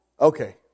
Okay